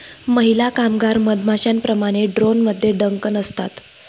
महिला कामगार मधमाश्यांप्रमाणे, ड्रोनमध्ये डंक नसतात